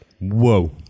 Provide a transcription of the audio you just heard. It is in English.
Whoa